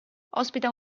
ospita